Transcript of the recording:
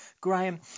Graham